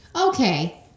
Okay